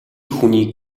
хүнийг